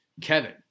Kevin